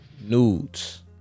nudes